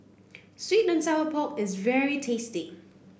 sweet and Sour Pork is very tasty